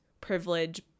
privilege